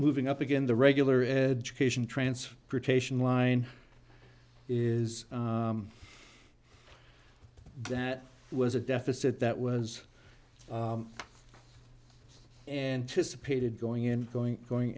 moving up again the regular education transportation line is that was a deficit that was anticipated going in going going